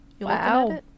wow